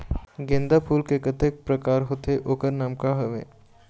गेंदा फूल के कतेक प्रकार होथे ओकर नाम का हवे?